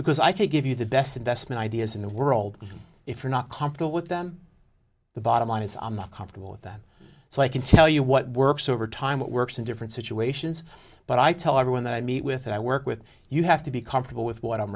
because i could give you the best investment ideas in the world if you're not comfortable with them the bottom line is on the comfortable with that so i can tell you what works over time what works in different situations but i tell everyone that i meet with i work with you have to be comfortable with what i'm